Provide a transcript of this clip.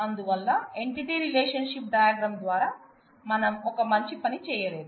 అందువల్ల entity relationship diagram ద్వారా మనం ఒక మంచి పని చేయలేదు